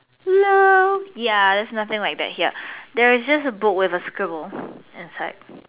no ya there is nothing like that here there is just a book with a scribble inside